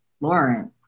Lauren